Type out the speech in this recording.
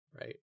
right